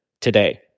today